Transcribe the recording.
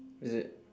is it